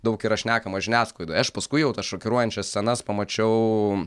daug yra šnekama žiniasklaidoje aš paskui jau tas šokiruojančias scenas pamačiau